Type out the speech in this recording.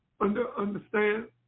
understand